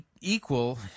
equal